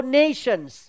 nations